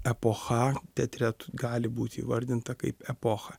epocha teatre tu gali būti įvardinta kaip epocha